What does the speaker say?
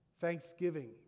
thanksgiving